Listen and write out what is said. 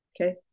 okay